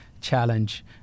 challenge